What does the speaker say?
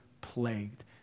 plagued